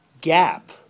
gap